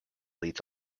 leads